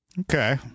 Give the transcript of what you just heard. Okay